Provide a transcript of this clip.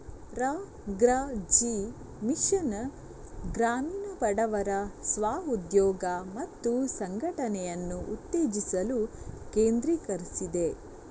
ರಾ.ಗ್ರಾ.ಜೀ mission ಗ್ರಾಮೀಣ ಬಡವರ ಸ್ವ ಉದ್ಯೋಗ ಮತ್ತು ಸಂಘಟನೆಯನ್ನು ಉತ್ತೇಜಿಸಲು ಕೇಂದ್ರೀಕರಿಸಿದೆ